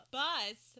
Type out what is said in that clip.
bus